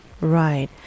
right